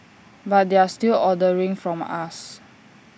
but they're still ordering from us